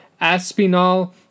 Aspinall